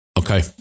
Okay